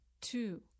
two